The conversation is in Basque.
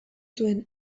zuen